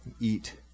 eat